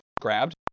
grabbed